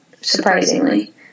surprisingly